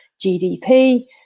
gdp